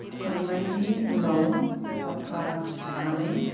हुखांनायनि उनाव साफा सुनानै